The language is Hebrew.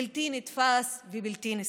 בלתי נתפס ובלתי נסלח.